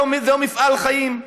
זהו מפעל חיים,